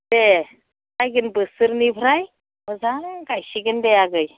देह फैगोन बोसोरनिफ्राय मोजां गायसिगोन दे आगै